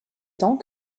temps